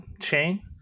chain